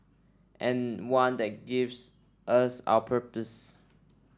and one that gives us our purpose